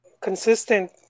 consistent